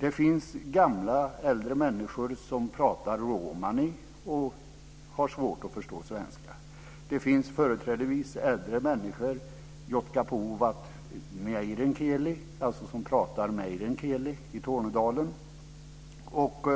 Det finns äldre människor som pratar romani och har svårt att förstå svenska. Det finns människor, företrädesvis äldre, som pratar meänkieli - jotka puhuvat meänkieli - i Tornedalen och